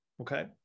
Okay